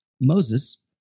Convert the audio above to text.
Moses